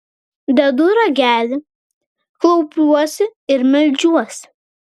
dedu ragelį klaupiuosi ir meldžiuosi